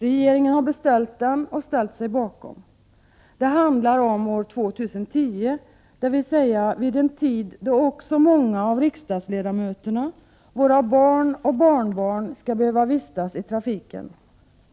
Regeringen har beställt rapporten och ställt sig bakom den. Det handlar om år 2010, dvs. en tidpunkt då många av riksdagsledamöterna, våra barn och barnbarn måste vistas i trafiken.